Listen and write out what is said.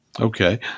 Okay